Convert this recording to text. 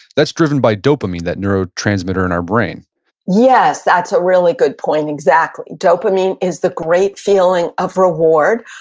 that's driven by dopamine, that neurotransmitter in our brain yes, that's a really good point, exactly. dopamine is the great feeling of reward,